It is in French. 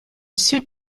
sus